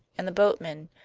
and the boatman,